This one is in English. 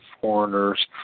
foreigners